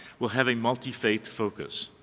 will have a multi-faith focus.